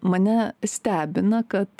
mane stebina kad